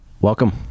welcome